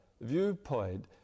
viewpoint